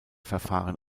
verfahren